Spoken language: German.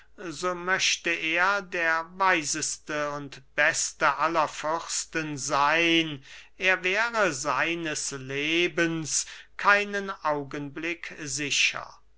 möchte er der weiseste und beste aller fürsten seyn er wäre seines lebens keinen augenblick sicher